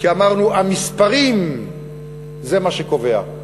כי אמרנו, המספרים זה מה שקובע.